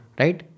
right